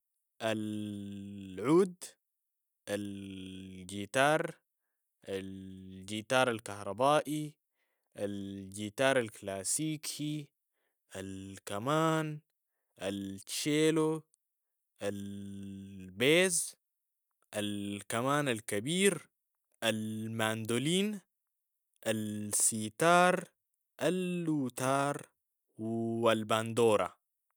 ال- عود، الجيتار، الجيتار الكهربائي، الجيتار الكلاسيكي، الكمان، الشيلو، ال- بيز، الكمان الكبير، الماندولين، السيتار، اللوتار و الباندورة.